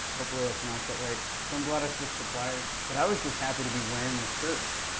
hopefully i pronounced that right. so i'm glad i switched suppliers but i was just happy to be wearing the shirt.